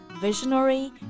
Visionary